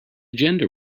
gender